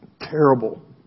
terrible